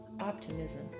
optimism